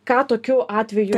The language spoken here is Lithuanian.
ką tokiu atveju